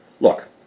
look